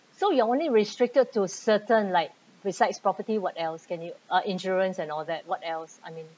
so you are only restricted to certain like besides property what else can you uh insurance and all that what else I mean